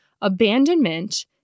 abandonment